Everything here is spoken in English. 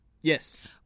yes